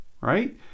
right